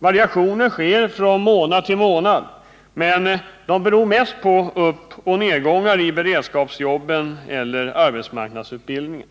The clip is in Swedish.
Variationerna sker från månad till månad, men de beror mest på uppoch nedgångar i beredskapsjobben eller i arbetsmarknadsutbildningen.